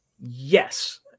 Yes